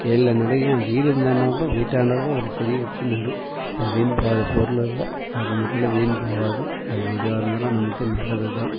கேணியில் நடு ஏன் வீடு இருந்தான்னால்க் கூட வீட்டாண்டால் கூட ஒரு செடி வெச்சு நடு அது வீண் போகாத பொருள் அல்ல ஆக மொத்தத்தில் வீண் போகாது அது எதுவாக இருந்தாலும் நமக்கு நல்லது தான்